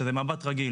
שזה מב"ט רגיל.